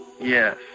Yes